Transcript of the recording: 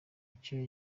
icyo